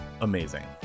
amazing